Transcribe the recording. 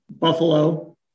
Buffalo